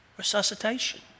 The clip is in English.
resuscitation